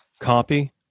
copy